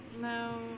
No